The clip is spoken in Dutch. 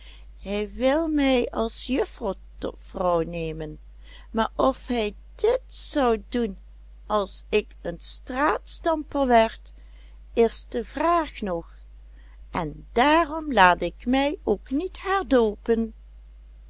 hij wil mij als juffer tot vrouw nemen maar of hij dit zou doen als ik een straatstamper werd is de vraag nog en daarom laat ik mij ook niet herdoopen